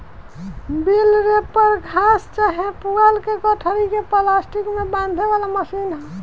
बेल wrapper घास चाहे पुआल के गठरी के प्लास्टिक में बांधे वाला मशीन ह